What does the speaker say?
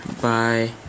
bye